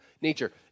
nature